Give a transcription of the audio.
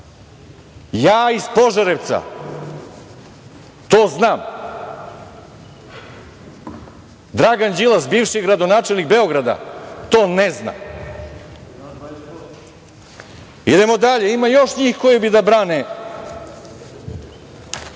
iz Požarevca to znam. Dragan Đilas, bivši gradonačelnik Beograda, to ne zna. Idemo dalje. Ima još njih koji bi da brane